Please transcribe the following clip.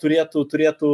turėtų turėtų